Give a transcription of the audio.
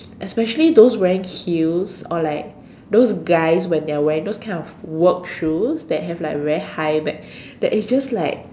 especially those wearing heels or like those guys when they are wearing those kind of work shoes that have like very high back that is just like